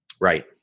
right